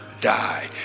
die